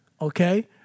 okay